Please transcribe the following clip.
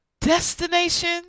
destination